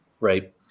Right